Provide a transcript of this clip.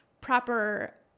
proper